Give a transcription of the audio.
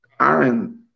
Aaron